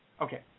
Okay